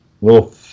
Little